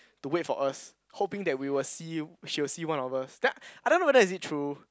to wait for us hoping that we will see she will see one of us that I don't know whether is it true